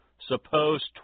Suppose